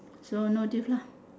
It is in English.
so no diff lah